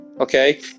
Okay